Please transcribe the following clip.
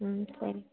ம் சரி